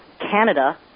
canada